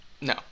No